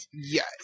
Yes